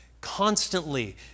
constantly